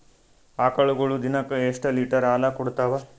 ಆಕಳುಗೊಳು ದಿನಕ್ಕ ಎಷ್ಟ ಲೀಟರ್ ಹಾಲ ಕುಡತಾವ?